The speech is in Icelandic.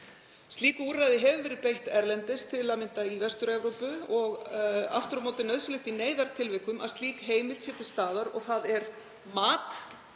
Slíku úrræði hefur verið beitt erlendis, til að mynda í Vestur-Evrópu. Aftur á móti er nauðsynlegt í neyðartilvikum að slík heimild sé til staðar. Það er mat